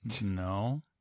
No